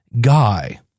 guy